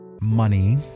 money